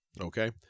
Okay